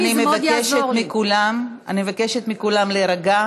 אני מבקשת מכולם להירגע.